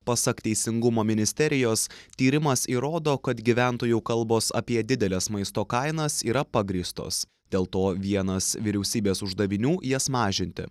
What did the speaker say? pasak teisingumo ministerijos tyrimas įrodo kad gyventojų kalbos apie dideles maisto kainas yra pagrįstos dėl to vienas vyriausybės uždavinių jas mažinti